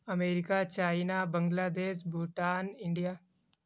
America China Bangladesh Bhutan India